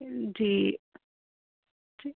ਜੀ